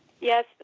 Yes